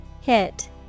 Hit